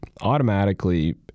automatically